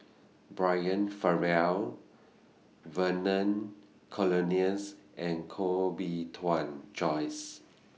Brian Farrell Vernon Cornelius and Koh Bee Tuan Joyce